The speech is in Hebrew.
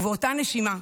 ובאותה נשימה,